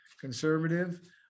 conservative